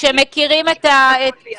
צריך עכשיו לפעול ביחד,